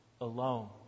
alone